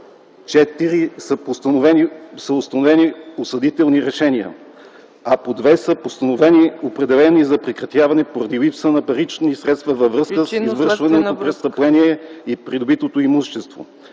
по 4 са постановени осъдителни решения, а по 2 са постановени определения за прекратяване, поради липса на причинно-следствена връзка между извършеното престъпление и придобитото имущество.